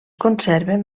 conserven